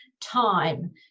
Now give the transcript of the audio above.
time